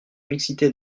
mixité